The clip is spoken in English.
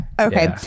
okay